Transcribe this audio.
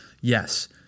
Yes